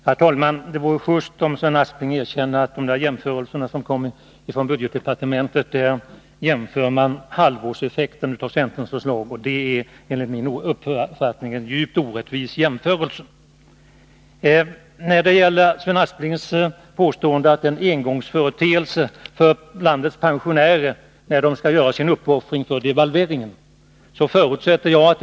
Herr talman! Det vore just av Sven Aspling att erkänna att budgetdepartementets jämförelser avser halvårseffekten av centerns förslag. Det är enligt min mening en djupt orättvis jämförelse. Sven Aspling påstår att pensionärernas uppoffring på grund av devalveringen är en engångsföreteelse.